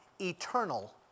eternal